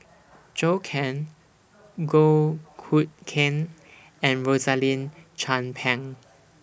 Zhou Can Goh Hood Keng and Rosaline Chan Pang